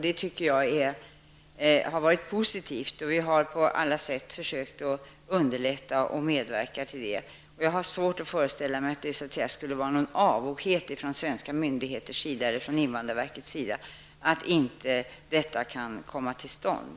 Det ser jag som positivt, och vi har på alla sätt försökt underlätta för och medverka till ett sådant utbyte. Jag har svårt att föreställa mig att det skulle bero på någon avoghet från svenska myndigheter eller från invandrarverket som gjort att en visering inte kan komma till stånd.